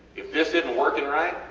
if this isnt working right,